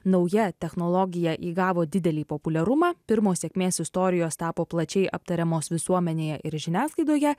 nauja technologija įgavo didelį populiarumą pirmos sėkmės istorijos tapo plačiai aptariamos visuomenėje ir žiniasklaidoje